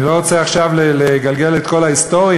אני לא רוצה עכשיו לגלגל את כל ההיסטוריה,